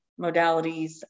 modalities